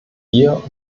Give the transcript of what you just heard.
hier